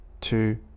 two